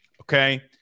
Okay